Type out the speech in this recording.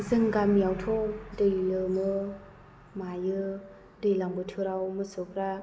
जों गामियावथ' दै लोमो मायो दैज्लां बोथोराव मोसौफ्रा